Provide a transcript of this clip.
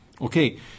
Okay